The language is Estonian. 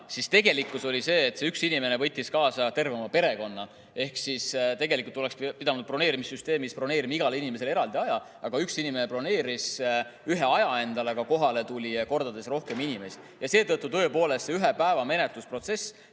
siis tegelikkuses see üks inimene võttis kaasa terve oma perekonna. Ehk tegelikult oleks pidanud broneerimissüsteemis broneerima igale inimesele eraldi aja, aga üks inimene broneeris ühe aja, nagu ainult endale, kuid kohale tuli kordades rohkem inimesi. Seetõttu tõepoolest see ühe päeva menetlusprotsess